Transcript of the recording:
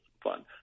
fun